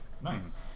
Nice